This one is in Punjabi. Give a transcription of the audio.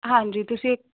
ਹਾਂਜੀ ਤੁਸੀਂ